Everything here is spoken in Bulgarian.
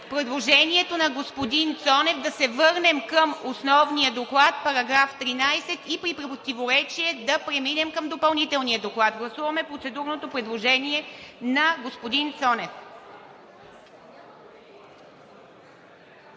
Предложението на господин Цонев да се върнем към основния доклад –§ 13, и при противоречие да преминем към допълнителния доклад. Гласуваме процедурното предложение на господин Цонев.